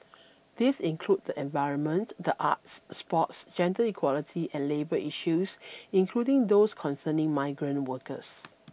these include the environment the arts sports gender equality and labour issues including those concerning migrant workers